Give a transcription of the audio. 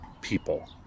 people